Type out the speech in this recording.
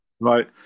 Right